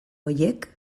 horiek